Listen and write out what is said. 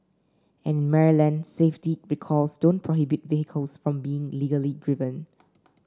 and in Maryland safety recalls don't prohibit vehicles from being legally driven